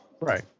right